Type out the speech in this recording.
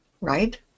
Right